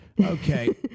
Okay